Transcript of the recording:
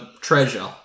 treasure